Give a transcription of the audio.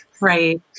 Right